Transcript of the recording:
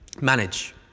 manage